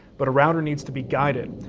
but a router needs to be guided.